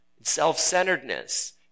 self-centeredness